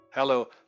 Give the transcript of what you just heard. Hello